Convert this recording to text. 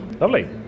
Lovely